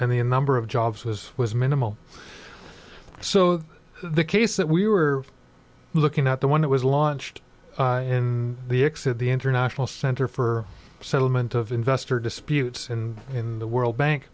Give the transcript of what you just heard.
a number of jobs was was minimal so the case that we were looking at the one that was launched in the exceed the international center for settlement of investor disputes and in the world bank